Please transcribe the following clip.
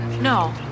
No